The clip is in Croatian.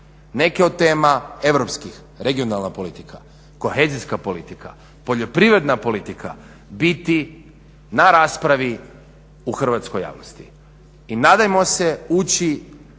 neke od tema europskih, regionalna politika, kohezijska politika, poljoprivredna politika biti na raspravi u hrvatskoj javnosti. I nadajmo se ući